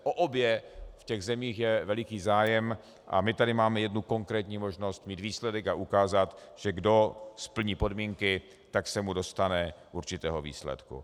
O obě v těch zemích je veliký zájem a my tady máme jednu konkrétní možnost mít výsledek a ukázat, že kdo splní podmínky, tak se mu dostane určitého výsledku.